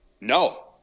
No